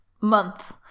month